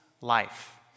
life